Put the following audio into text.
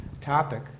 topic